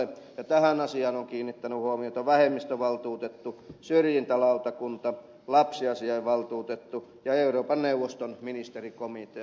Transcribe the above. ja tähän asiaan ovat kiinnittäneet huomiota vähemmistövaltuutettu syrjintälautakunta lapsiasiavaltuutettu ja euroopan neuvoston ministerikomitea